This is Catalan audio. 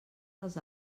dels